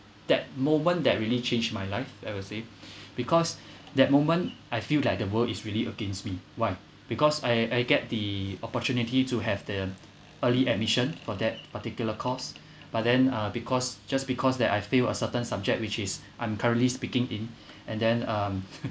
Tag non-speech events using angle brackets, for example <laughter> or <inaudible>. that moment that really changed my life I will say because that moment I feel like the world is really against me why because I I get the opportunity to have the early admission for that particular course but then uh because just because that I fail a certain subject which is I'm currently speaking in and then um <laughs>